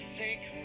take